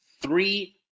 three